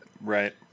Right